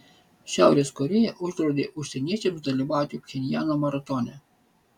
šiaurės korėja uždraudė užsieniečiams dalyvauti pchenjano maratone